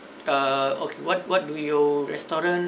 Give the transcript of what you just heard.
uh ok~ what what do you restaura~